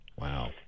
Wow